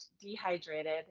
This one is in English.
dehydrated